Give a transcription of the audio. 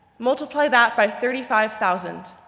multiply that by thirty five thousand.